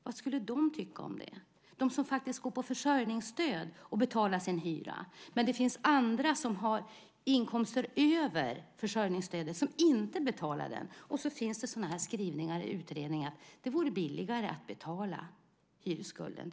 Vad skulle de tycka om det, de som faktiskt går på försörjningsstöd och betalar sin hyra? Det finns andra som har inkomster över försörjningsstödet men som inte betalar hyran. Så finns det skrivningar i utredningen om att det vore billigare att betala hyresskulden.